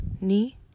Ni